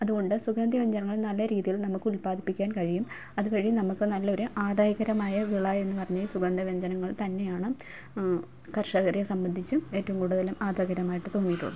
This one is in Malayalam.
അതുകൊണ്ട് സുഗന്ധവ്യഞ്ജനങ്ങൾ നല്ല രീതിയിൽ നമുക്കുല്പാദിപ്പിക്കാൻ കഴിയും അതുവഴി നമുക്ക് നല്ല ഒരു ആദായകരമായ വിള എന്നു പറഞ്ഞ് സുഗന്ധവ്യഞ്ജനങ്ങൾ തന്നെയാണ് കർഷകരെ സമ്പന്ധിച്ചും ഏറ്റോം കൂട്തലും ആദായകരമായിട്ട് തോന്നിയിട്ടുള്ളത്